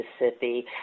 Mississippi